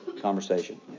conversation